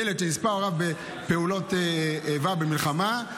ילד שנספו הוריו בפעולות איבה או במלחמה,